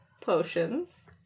potions